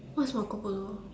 who is Marco Polo